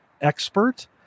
expert